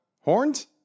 Horns